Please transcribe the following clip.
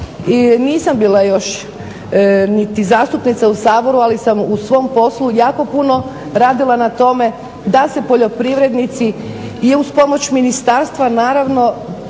nisam bila još niti zastupnica u Saboru ali sam u svom poslu jako puno radila na tome da se poljoprivrednici i uz pomoć ministarstva naravno,